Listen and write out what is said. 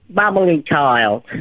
bubbly child.